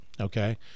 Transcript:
okay